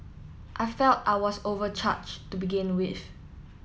I felt I was overcharged to begin with